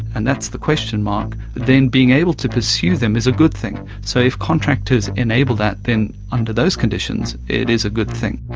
and that's the question mark, then being able to pursue them is a good thing. so if contractors enable that then under those conditions it is a good thing.